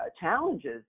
challenges